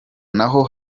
naho